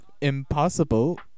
impossible